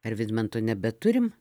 ar vidmanto nebeturim